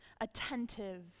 attentive